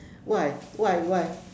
why why why